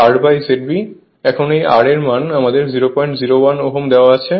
এখন এই R এর মান আমাদের 001Ω দেওয়া আছে